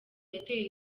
yateye